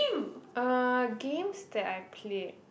uh games that I played